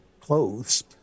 clothes